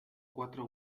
cuatro